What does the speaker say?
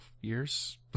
years